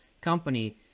company